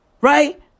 right